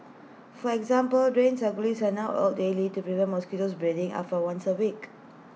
for example drains and gullies are now oiled daily to prevent mosquitoes breeding up from once A week